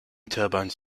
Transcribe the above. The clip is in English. turbines